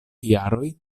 jaroj